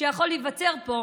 שיכול להיווצר פה,